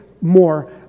more